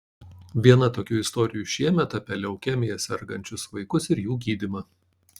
viena tokių istorijų šiemet apie leukemija sergančius vaikus ir jų gydymą